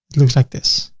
looks like this.